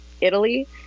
italy